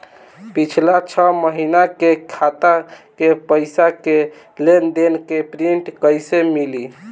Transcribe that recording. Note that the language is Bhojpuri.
पिछला छह महीना के खाता के पइसा के लेन देन के प्रींट कइसे मिली?